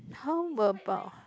how about